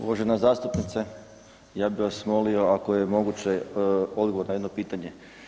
Uvažena zastupnice ja bi vas molio ako je moguće odgovor na jedno pitanje.